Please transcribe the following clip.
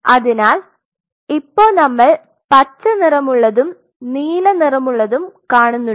അതിനാൽ ഇപ്പൊ നമ്മൾ പച്ച നിറമുള്ളതും നീല നിറമുള്ളതും കാണുന്നുണ്ട്